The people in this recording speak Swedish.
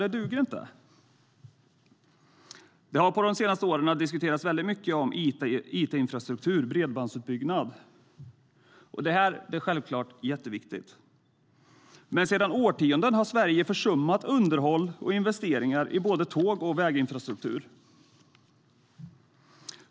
Det duger inte. På senare år har it-infrastruktur och bredbandsutbyggnad diskuterats. De är självfallet viktiga frågor. Men sedan årtionden har Sverige försummat underhåll och investeringar i både tåg och väginfrastruktur.